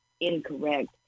incorrect